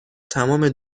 تمام